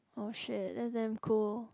oh shit that's damn cool